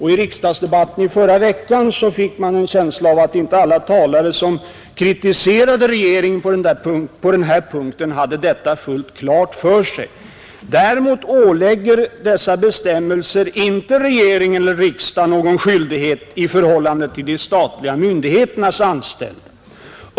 I debatten förra veckan fick jag en känsla av att inte alla talare som kritiserade regeringen på den här punkten hade det fullt klart för sig. Däremot ålägger dessa bestämmelser inte regeringen eller riksdagen någon skyldighet i förhållande till de statliga myndigheternas anställda.